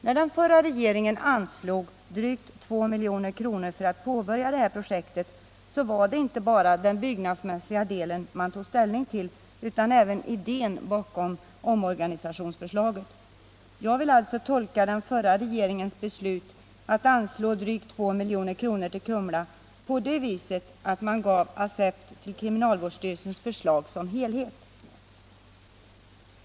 När den förra regeringen anslog drygt 2 milj.kr. för påbörjande av deua projekt, så var det inte bara den byggnadsmissiga delen man tog ställning till utan även idén bakom organisationstörstaget. Jag vill alltså tolka den förra regeringens beslut att anslå drygt 2 milj.kr. till Kumla på det sättet att man accepterade kriminalvårdsstyrelsens förslag i dess helhet.